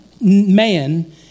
man